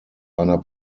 einer